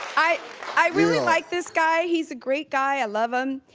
i i really like this guy, he's a great guy, i love him,